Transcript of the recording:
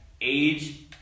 Age